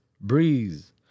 Breeze